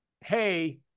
hey